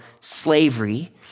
slavery